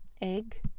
egg